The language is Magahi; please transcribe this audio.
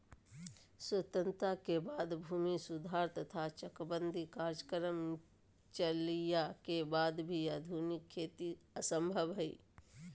स्वतंत्रता के बाद भूमि सुधार तथा चकबंदी कार्यक्रम चलइला के वाद भी आधुनिक खेती असंभव हई